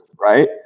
right